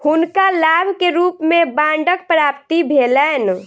हुनका लाभ के रूप में बांडक प्राप्ति भेलैन